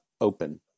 open